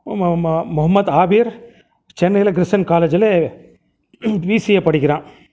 மு மு முகமத் ஆபீர் சென்னையில் கிரிசென்ட் காலேஜில் பிசிஏ படிக்கிறான்